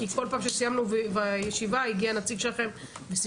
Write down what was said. כי בכל פעם הגיע נציג שלכם וסיפר.